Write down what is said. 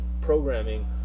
programming